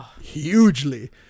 hugely